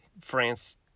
France